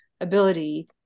ability